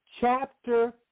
chapter